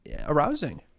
arousing